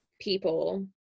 people